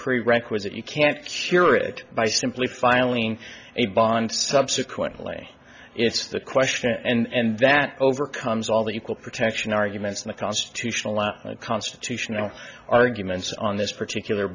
prerequisite you can't cure it by simply filing a bond subsequently it's the question and that overcomes all the equal protection arguments in the constitutional law constitutional arguments on this particular